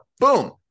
Boom